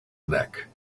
neck